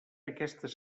aquestes